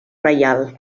reial